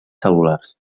cel·lulars